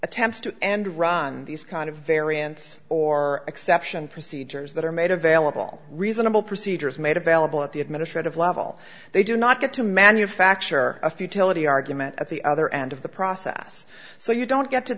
attempts to end run these kind of variance or exception procedures that are made available reasonable procedures made available at the administrative level they do not get to manufacture a futility argument at the other end of the process so you don't get to